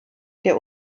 der